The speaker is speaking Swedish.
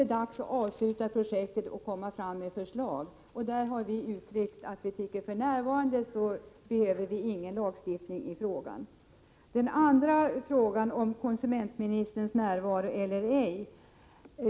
Det är dags att avsluta projektet och komma fram med förslag. I det sammanhanget har vi gett uttryck för vår mening att det för närvarande inte behövs någon lagstiftning när det gäller könsdiskriminerande reklam. Så till frågan om konsumentministerns närvaro eller ej.